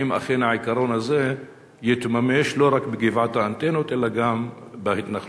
האם אכן העיקרון הזה יתממש לא רק בגבעת האנטנות אלא גם בהתנחלויות?